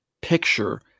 picture